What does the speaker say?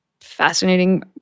fascinating